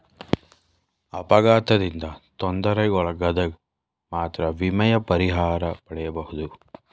ಅಪಘಾತದಿಂದ ತೊಂದರೆಗೊಳಗಾದಗ ಮಾತ್ರ ವಿಮೆಯ ಪರಿಹಾರ ಪಡೆಯಬಹುದು